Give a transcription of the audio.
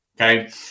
Okay